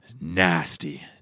Nasty